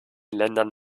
ländern